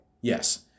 Yes